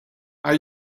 are